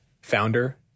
founder